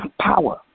power